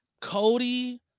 Cody